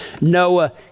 Noah